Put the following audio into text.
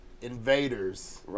invaders